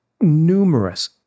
numerous